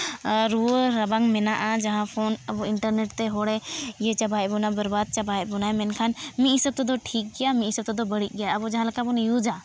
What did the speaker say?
ᱟᱨ ᱨᱩᱣᱟᱹ ᱨᱟᱵᱟᱝ ᱢᱮᱱᱟᱜᱼᱟ ᱡᱟᱦᱟᱸ ᱯᱷᱳᱱ ᱟᱵᱚ ᱤᱱᱴᱟᱨᱱᱮᱴ ᱛᱮ ᱦᱚᱲᱮ ᱤᱭᱟᱹ ᱪᱟᱵᱟᱭᱮᱫ ᱵᱚᱱᱟ ᱵᱚᱨᱵᱟᱫ ᱪᱟᱵᱟᱭᱮᱫ ᱵᱚᱱᱟ ᱢᱮᱱᱠᱷᱟᱱ ᱢᱤᱫ ᱦᱤᱥᱟᱹᱵ ᱛᱮᱫᱚ ᱴᱷᱤᱠ ᱜᱮᱭᱟ ᱢᱤᱫ ᱦᱤᱥᱟᱹᱵ ᱛᱮᱫᱚ ᱵᱟᱹᱲᱩᱡ ᱜᱮᱭᱟ ᱟᱵᱚ ᱡᱟᱦᱟᱸ ᱞᱮᱠᱟ ᱵᱚᱱ ᱤᱭᱩᱡᱟ